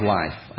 life